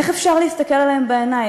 איך אפשר להסתכל להם בעיניים?